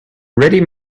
ready